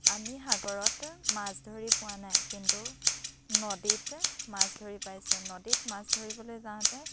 আমি সাগৰত মাছ ধৰি পোৱা নাই কিন্তু নদীত মাছ ধৰি পাইছোঁ নদীত মাছ ধৰিবলৈ যাওঁতে